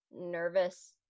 nervous